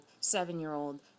seven-year-old